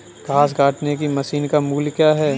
घास काटने की मशीन का मूल्य क्या है?